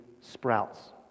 sprouts